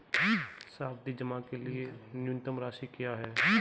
सावधि जमा के लिए न्यूनतम राशि क्या है?